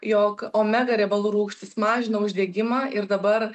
jog omega riebalų rūgštys mažina uždegimą ir dabar